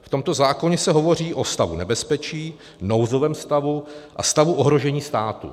V tomto zákoně se hovoří o stavu nebezpečí, nouzovém stavu a stavu ohrožení státu.